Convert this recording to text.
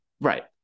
right